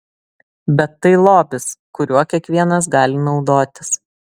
bet tai lobis kuriuo kiekvienas gali naudotis